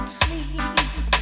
sleep